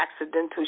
accidental